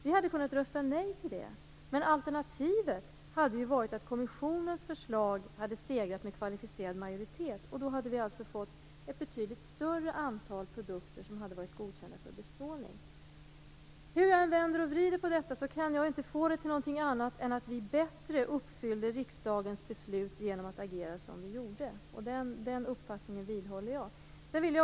Vi hade kunnat rösta nej till det. Men alternativet hade varit att kommissionens förslag hade segrat med kvalificerad majoritet, och då hade vi alltså fått ett betydligt större antal produkter som hade varit godkända för bestrålning. Hur jag än vänder och vrider på detta kan jag inte få det till något annat än att vi bättre uppfyllde riksdagens beslut genom att agera som vi gjorde. Den uppfattningen vidhåller jag.